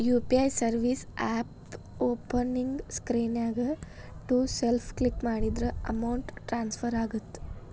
UPI service ಆಪ್ನ್ಯಾಓಪನಿಂಗ್ ಸ್ಕ್ರೇನ್ನ್ಯಾಗ to self click ಮಾಡಿದ್ರ ಅಮೌಂಟ್ ಟ್ರಾನ್ಸ್ಫರ್ ಆಗತ್ತ